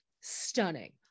stunning